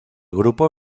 grupo